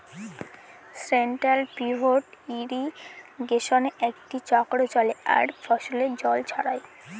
central pivot ইর্রিগেশনে একটি চক্র চলে আর ফসলে জল ছড়ায়